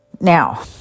Now